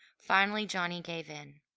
finally johnny gave in.